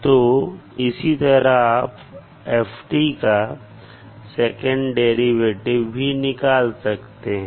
तो इसी तरह आप f का सेकंड डेरिवेटिव भी निकाल सकते हैं